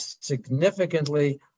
significantly